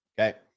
Okay